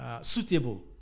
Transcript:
suitable